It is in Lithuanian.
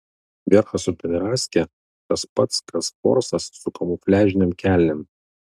vierchas su pederastke tas pats kas forsas su kamufliažinėm kelnėm